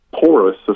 porous